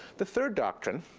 the third doctrine